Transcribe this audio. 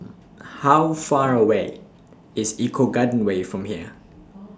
How Far away IS Eco Garden Way from here